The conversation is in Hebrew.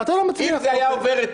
אתה לא מצליח, אוקיי.